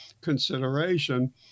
consideration